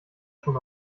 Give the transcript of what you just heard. schon